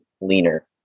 leaner